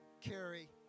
Carrie